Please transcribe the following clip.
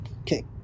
Okay